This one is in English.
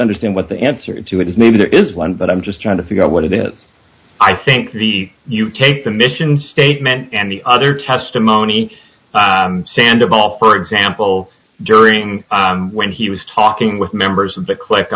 understand what the answer to it is maybe there is one but i'm just trying to figure out what it is i think the u k commission statement and the other testimony sanda ball for example during when he was talking with members of the cli